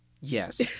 yes